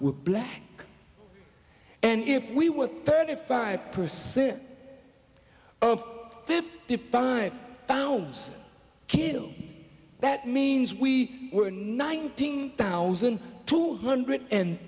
were black and if we were thirty five percent of fifty five pounds killing that means we were nineteen thousand two hundred and